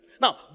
Now